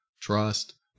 trust